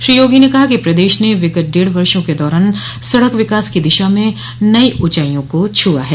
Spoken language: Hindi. श्री योगी ने कहा कि प्रदेश ने विगत डेढ़ वर्षो के दौरान सड़क विकास की दिशा में नई ऊँचाईयों को छुआ है